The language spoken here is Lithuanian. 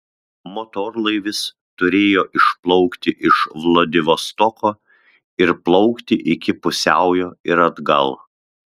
motorlaivis turėjo išplaukti iš vladivostoko ir plaukti iki pusiaujo ir atgal